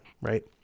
Right